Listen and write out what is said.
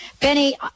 Benny